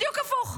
בדיוק הפוך.